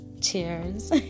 Cheers